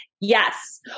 yes